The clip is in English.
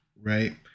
right